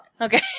Okay